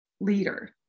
leader